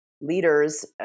leaders